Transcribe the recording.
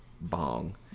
bong